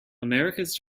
americas